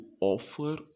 offer